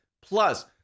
Plus